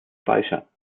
speicher